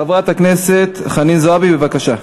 חברת הכנסת חנין זועבי, בבקשה.